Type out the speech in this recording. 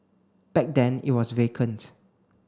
back then it was vacant